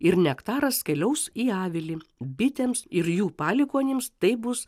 ir nektaras keliaus į avilį bitėms ir jų palikuonims tai bus